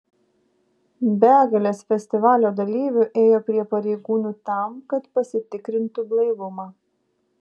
begalės festivalio dalyvių ėjo prie pareigūnų tam kad pasitikrintu blaivumą